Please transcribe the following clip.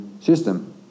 system